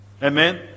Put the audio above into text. Amen